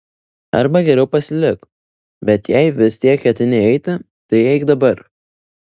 arba geriau pasilik bet jei vis tiek ketini eiti tai eik dabar